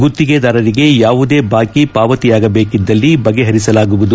ಗುತ್ತಿಗೆದಾರರಿಗೆ ಯಾವುದೇ ಬಾಕಿ ಪಾವತಿಯಾಗಬೇಕಿದ್ದಲ್ಲಿ ಬಗೆಹರಿಸಲಾಗುವುದು